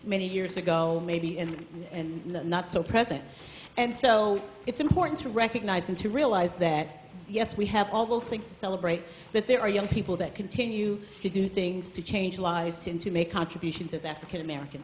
many years ago maybe and and not so present and so it's important to recognize and to realize that yes we have all those things to celebrate but there are young people that continue to do things to change lives in to make contributions of african american